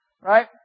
Right